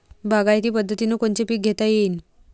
बागायती पद्धतीनं कोनचे पीक घेता येईन?